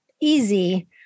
easy